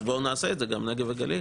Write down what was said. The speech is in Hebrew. אז בואו נעשה את זה גם על נגב וגליל.